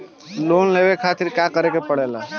Loan लेवे के खातिर का करे के पड़ेला?